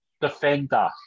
defender